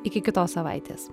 iki kitos savaitės